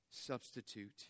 substitute